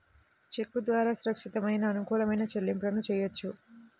చెక్కు ద్వారా సురక్షితమైన, అనుకూలమైన చెల్లింపులను చెయ్యొచ్చు